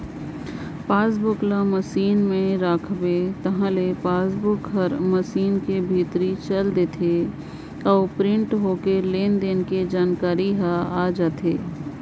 passbook ल machine में राखबे ताहले पासबुक हर मसीन कर भीतरे चइल देथे अउ प्रिंट होके लेन देन के जानकारी ह आ जाथे